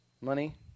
Money